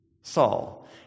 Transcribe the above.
Saul